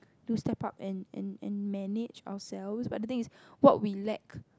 to step up and and and manage ourselves but the thing is what we lack